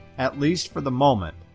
at least for the moment,